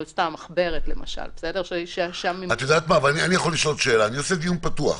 אבל למשל --- אני עושה דיון פתוח.